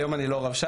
היום אני לא רבש"ץ,